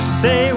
say